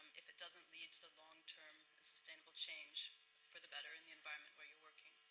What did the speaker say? if it doesn't lead to the long-term, sustainable change for the better in the environment where you are working.